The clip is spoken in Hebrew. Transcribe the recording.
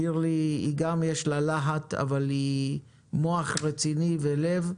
גם לשירלי יש להט אבל היא מוח רציני ולב.